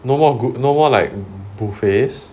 no more no more like buffets